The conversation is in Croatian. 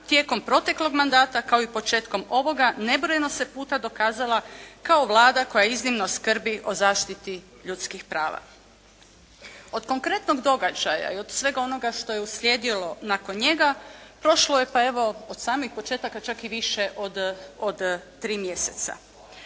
tijekom proteklog mandata kao i početkom ovoga nebrojeno se puta dokazala kao Vlada koja iznimno skrbi o zaštiti ljudskih prava. Od konkretnog događaja i od svega onoga što je uslijedilo nakon njega prošlo je pa evo od samih početaka čak i više od 3 mjeseca.